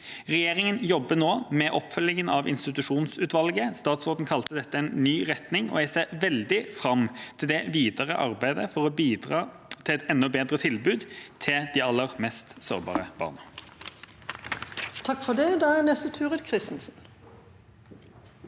Regjeringa jobber nå med oppfølgingen av institusjonsutvalget. Statsråden kalte dette en ny retning, og jeg ser veldig fram til det videre arbeidet for å bidra til et enda bedre tilbud til de aller mest sårbare barna. Turid Kristensen